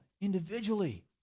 individually